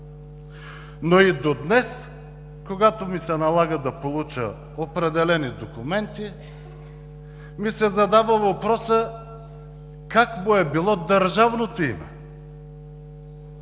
но и до днес, когато ми се налага да получа определени документи, ми се задава въпросът: как му е било държавното име?!